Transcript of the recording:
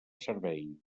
servei